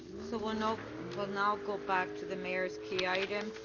so we'll now we'll now go back to the mayor's key item.